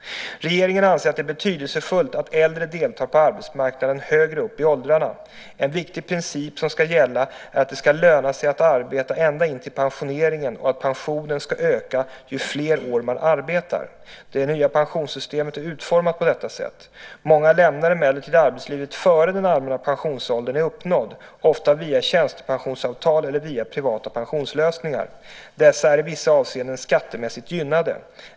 Regeringen anser att det är betydelsefullt att äldre deltar på arbetsmarknaden högre upp i åldrarna. En viktig princip som ska gälla är att det ska löna sig att arbeta ända in till pensioneringen och att pensionen ska öka ju fler år man arbetar. Det nya pensionssystemet är utformat på detta sätt. Många lämnar emellertid arbetslivet innan den allmänna pensionsåldern är uppnådd, ofta via tjänstepensionsavtal eller via privata pensionslösningar. Dessa är i vissa avseenden skattemässigt gynnade.